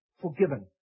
forgiven